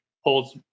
holds